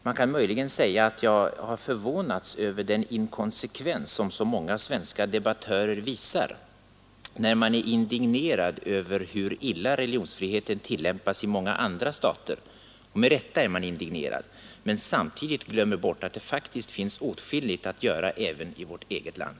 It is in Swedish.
Man kan möjligen säga att jag har förvånats över den inkonsekvens som så många svenska debattörer visar när de — med rätta — är indignerade över hur illa religionsfriheten tillämpas i många andra stater men samtidigt glömmer bort att det faktiskt finns åtskilligt att göra på detta område även i vårt eget land.